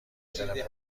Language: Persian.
تلفنت